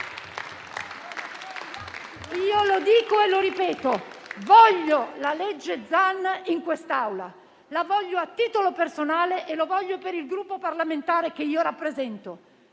Io lo dico e lo ripeto: voglio la legge Zan in quest'Aula, la voglio a titolo personale e per il Gruppo parlamentare che rappresento.